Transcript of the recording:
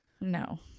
no